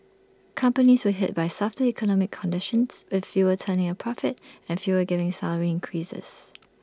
companies were hit by softer economic conditions with fewer turning A profit and fewer giving salary increases